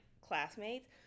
classmates